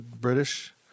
British